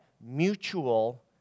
mutual